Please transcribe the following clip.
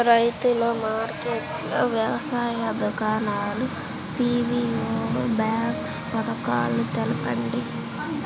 రైతుల మార్కెట్లు, వ్యవసాయ దుకాణాలు, పీ.వీ.ఓ బాక్స్ పథకాలు తెలుపండి?